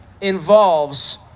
involves